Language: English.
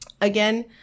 again